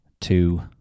two